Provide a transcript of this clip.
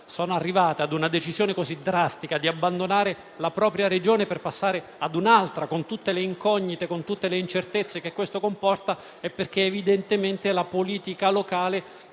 sono arrivate alla decisione drastica di abbandonare la propria Regione per passare a un'altra, con tutte le incognite e le incertezze che questo comporta, è perché evidentemente la politica locale